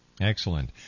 Excellent